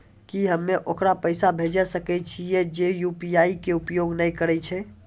की हम्मय ओकरा पैसा भेजै सकय छियै जे यु.पी.आई के उपयोग नए करे छै?